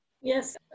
Yes